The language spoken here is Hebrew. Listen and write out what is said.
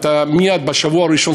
מייד בשבוע הראשון,